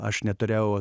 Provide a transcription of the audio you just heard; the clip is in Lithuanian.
aš neturėjau